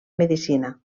medecina